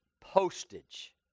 postage